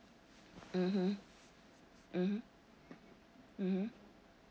mmhmm mmhmm mmhmm